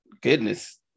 goodness